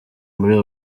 muri